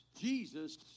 Jesus